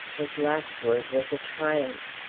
his last word was a triumph.